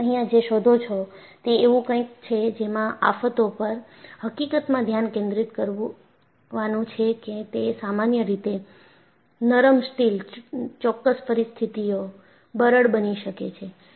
હવે અહિયાં જે શોધો છો તે એવું કંઇક છે જેમાં આફતો પર હકીકતમાં ધ્યાન કેન્દ્રિત કરવાનું છે કે તે સામાન્ય રીતે નરમ સ્ટીલની ચોક્કસ પરિસ્થિતઓ બરડ બની શકે છે